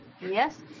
yes